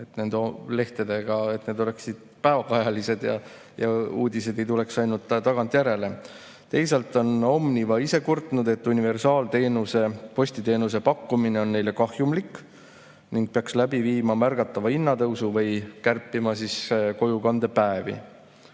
et lehed oleksid päevakajalised ja uudised ei tuleks ainult tagantjärele. Teisalt on Omniva ise kurtnud, et universaalse postiteenuse pakkumine on neile kahjumlik ning peaks läbi viima märgatava hinnatõusu või kärpima kojukandepäevi.